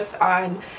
on